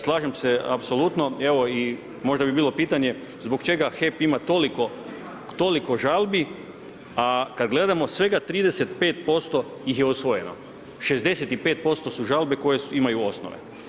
Slažem se apsolutno evo možda bi bilo pitanje zbog čega HEP ima toliko žalbi, a kada gledamo svega 35% ih je usvojeno, 65% su žalbe koje imaju osnove.